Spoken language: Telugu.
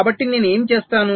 కాబట్టి నేను ఏమి చేస్తాను